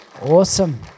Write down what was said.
Awesome